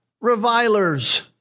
revilers